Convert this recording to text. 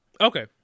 Okay